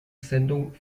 sendung